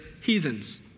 heathens